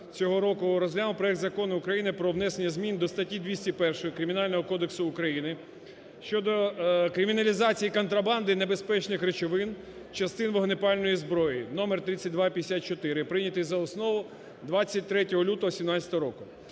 цього року розглянув проект Закону про внесення змін до статті 201 Кримінального кодексу України щодо криміналізації контрабанди небезпечних речових, частин вогнепальної зброї (номер 3254), прийнятий за основу 23 лютого 2017 року.